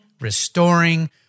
restoring